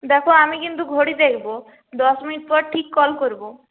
দেখো আমি কিন্তু ঘড়ি দেখবো দশ মিনিট পর ঠিক কল করবো